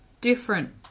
different